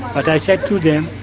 i said to them,